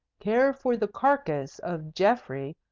care for the carcase of geoffrey,